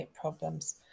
problems